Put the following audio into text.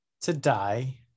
today